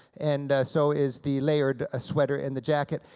and so is the layered ah sweater and the jacket.